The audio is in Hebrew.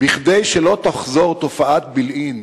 כדי שלא תחזור תופעת בילעין